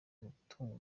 batungwa